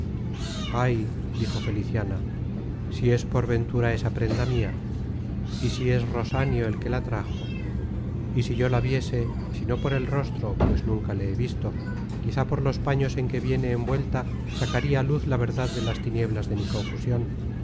ay dijo feliciana si es por ventura esa prenda mia y si es rosanio el que la trajo y si yo la viese si no por el rostro pues nunca le he visto quizá por los paños en que viene envuelta sacaria á luz la verdad de las tinieblas de mi confusion